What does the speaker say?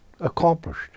accomplished